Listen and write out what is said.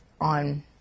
on